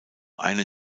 einen